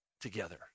together